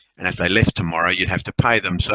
and if they left tomorrow, you have to pay them. so